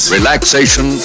Relaxation